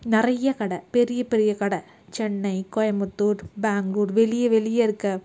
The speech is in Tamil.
நிறைய கடை பெரிய பெரிய கடை சென்னை கோயம்புத்தூர் பெங்களூர் வெளியே வெளியே இருக்க